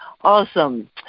awesome